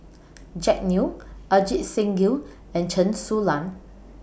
Jack Neo Ajit Singh Gill and Chen Su Lan